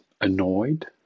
annoyed